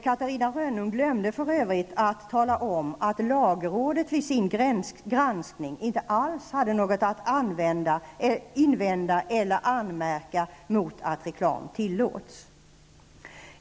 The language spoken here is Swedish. Catarina Rönnung glömde för övrigt att tala om att lagrådet vid sin granskning inte alls hade några invändningar eller anmärkningar mot att reklam tillåts.